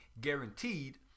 guaranteed